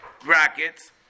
brackets